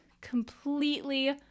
completely